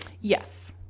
Yes